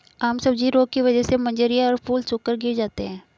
आम सब्जी रोग की वजह से मंजरियां और फूल सूखकर गिर जाते हैं